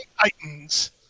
Titans